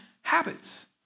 habits